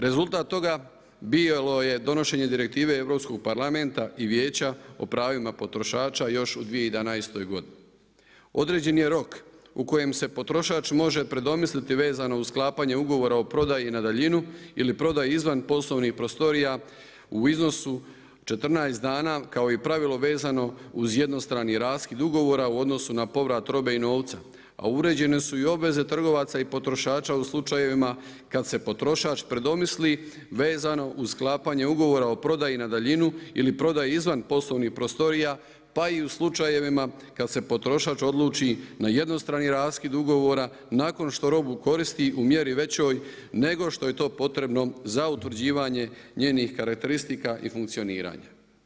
Rezultat toga bio je donošenje Direktive Europskog parlamenta i Vijeća o pravima potrošača još u 2011. godini. određen je rok u kojem se potrošač može predomisliti vezano uz sklapanje ugovora o prodaji na daljinu ili prodaji izvanposlovnih prostorija u iznosu 14 dana kao i pravilo vezano uz jednostrani raskid ugovora u odnosu na povrat robe i novca, a uvrijeđene su i obveze trgovaca i potrošača i slučajevima kad se potrošač predomisli vezano uz sklapanje ugovora o prodaji na daljinu ili prodaji izvan poslovnih prostorija pa i u slučajevima kada se potrošač odluči na jednostrani raskid ugovora nakon što robu koristi u mjeri većoj nego što je to potrebno za utvrđivanje njenih karakteristika i funkcioniranja.